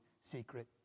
secret